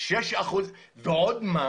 ועוד מה